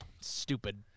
Stupid